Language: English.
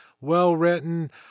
well-written